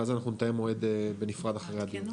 ואז אנחנו נתאם מועד בנפרד אחרי הדיון.